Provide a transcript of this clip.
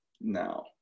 now